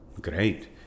great